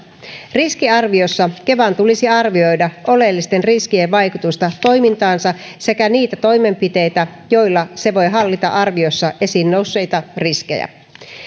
riskiarviossa kevan tulisi arvioida oleellisten riskien vaikutusta toimintaansa sekä niitä toimenpiteitä joilla se voi hallita arviossa esiin nousseita riskejä